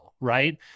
right